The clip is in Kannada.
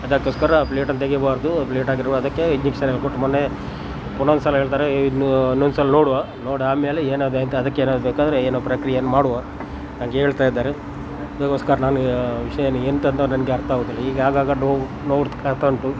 ಅದಕ್ಕೋಸ್ಕರ ಪ್ಲೇಟ್ ಅನ್ನು ತೆಗಿಬಾರದು ಅದಕ್ಕೆ ಇಂಜೆಕ್ಷನ್ ಎಲ್ಲ ಕೊಟ್ಟು ಮೊನ್ನೆ ಒಂದೊಂದು ಸಲ ಹೇಳ್ತಾರೆ ಇನ್ನೂ ಇನ್ನೊಂದು ಸಲ ನೋಡ್ವ ನೋಡಿ ಆಮೇಲೆ ಅದಕ್ಕೆ ಏನಾದರು ಬೇಕಾದರೆ ಏನು ಪ್ರಕ್ರಿಯೆಯನ್ನು ಮಾಡುವ ಹಂಗೆ ಹೇಳ್ತಾ ಇದ್ದಾರೆ ಅದಕ್ಕೋಸ್ಕರ ನಾನು ವಿಷಯವನ್ನು ಎಂತಂಥ ನನಗೆ ಅರ್ಥ ಆಗುದಿಲ್ಲ ಹೀಗೆ ಆಗಾಗ ನೋವು ನೋವು ಆಗ್ತಾ ಉಂಟು